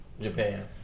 Japan